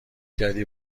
کردن